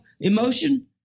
emotion